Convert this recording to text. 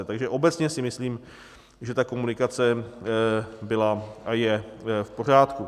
Takže obecně si myslím, že ta komunikace byla a je v pořádku.